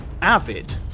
avid